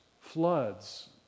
floods